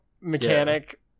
mechanic